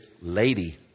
lady